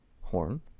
horn